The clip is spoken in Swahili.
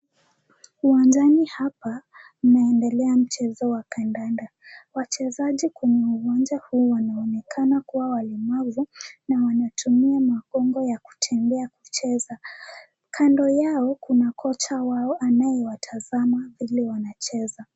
Uwanjani hapa kunaendelea mchezo wa kandanda, wachezaji kwenye uwanja huu wanaonekana kuwa walemavu na wanatumia makongo ya kutembea kucheza. Kando yao kuna kocha wao anayewatazama vile wanacheza.